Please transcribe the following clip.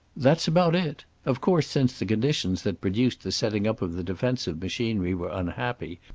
that's about it. of course since the conditions that produced the setting up of the defensive machinery were unhappy,